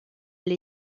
elle